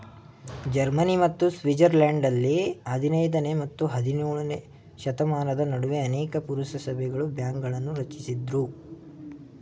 Germany ಮತ್ತು ಸ್ವಿಟ್ಜರ್ಲೆಂಡ್ನಲ್ಲಿ ಹದಿನೈದನೇ ಮತ್ತು ಹದಿನೇಳನೇಶತಮಾನದ ನಡುವೆ ಅನೇಕ ಪುರಸಭೆಗಳು ಬ್ಯಾಂಕ್ಗಳನ್ನ ರಚಿಸಿದ್ರು